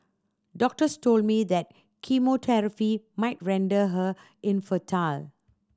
doctors told me that chemotherapy might render her infertile